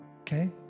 okay